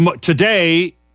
Today